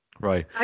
Right